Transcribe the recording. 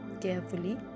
carefully